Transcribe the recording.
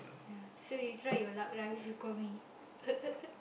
ya so you try your luck lah if you call me